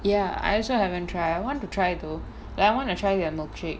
ya I also haven't try I want to try though like I want to try their milkshake